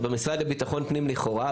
נכון.